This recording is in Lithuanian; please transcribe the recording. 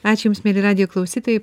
ačiū jums mieli radijo klausytojai